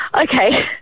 Okay